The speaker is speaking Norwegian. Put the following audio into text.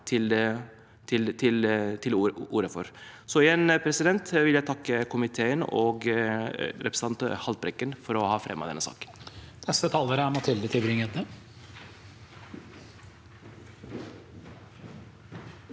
til orde for. Igjen vil jeg takke komiteen og representanten Haltbrekken for å ha fremmet denne saken.